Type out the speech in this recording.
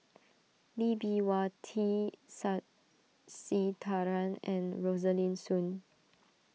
Lee Bee Wah T Sasitharan and Rosaline Soon